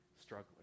struggling